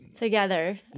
Together